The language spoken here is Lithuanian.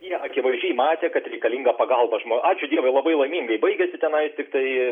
jie akivaizdžiai matė kad reikalinga pagalba ačiū dievui labai laimingai baigėsi tenais tiktai